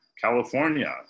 California